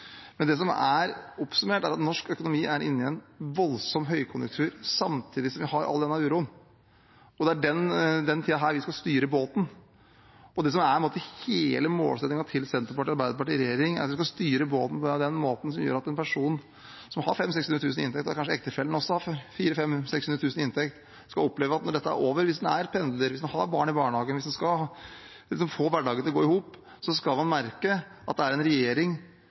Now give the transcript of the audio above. men oppsummert er norsk økonomi inne i en voldsom høykonjunktur, samtidig som vi har all denne uroen. Det er i denne tiden vi skal styre båten, og det som er hele målsettingen til Senterpartiet og Arbeiderpartiet i regjering, er at vi skal styre båten på den måten at en person som har 500 000–600 000 kr i inntekt, der kanskje ektefellen også har 400 000–600 000 kr i inntekt, skal oppleve at når dette er over, hvis en pendler, hvis en har barn i barnehagen, og hvis en skal få hverdagen til å gå i hop, skal man merke at det er en regjering